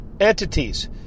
entities